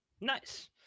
Nice